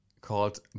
called